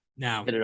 Now